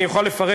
אני אוכל לפרט,